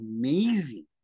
amazing